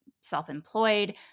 self-employed